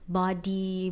body